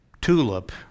tulip